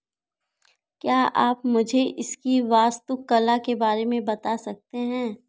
क्या आप मुझे इसकी वास्तुकला के बारे में बता सकते हैं